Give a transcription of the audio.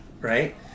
right